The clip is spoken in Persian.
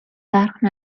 برق